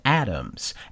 Atoms